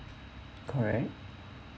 correct